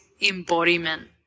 embodiment